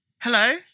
Hello